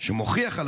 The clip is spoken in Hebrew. שגם יש בו בית קברות,